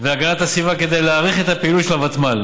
כדי להאריך את הפעילות של הוותמ"ל